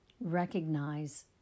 recognize